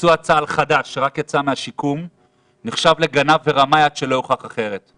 פצוע צה"ל חדש שרק יצא מהשיקום נחשב לגנב ורמאי עד שלא יוכח אחרת.